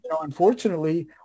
unfortunately